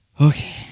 Okay